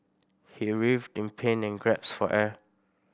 he writhed in pain and grasped for air